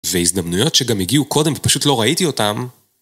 זה הזדמנויות שגם הגיעו קודם ופשוט לא ראיתי אותם...